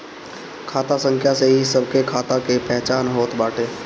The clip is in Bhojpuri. खाता संख्या से ही सबके खाता के पहचान होत बाटे